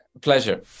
pleasure